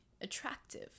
attractive